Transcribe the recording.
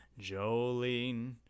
Jolene